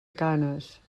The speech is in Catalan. canes